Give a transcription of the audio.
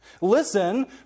Listen